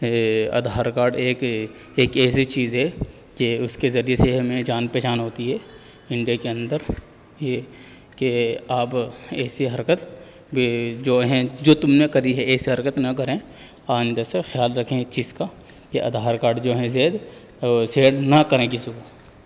Aadhaar card ایک ایک ایسی چیز ہے کہ اس کے ذریعے سے ہمیں جان پہچان ہوتی ہے انڈیا کے اندر یہ کہ آپ ایسی حرکت جو ہیں جو تم نے کری ہے ایسی حرکت نہ کریں آئندہ سے خیال رکھیں اس چیز کا کہ آدھار کارڈ جو ہیں زید سیئرڈ نہ کریں کسی کو